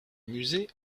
musée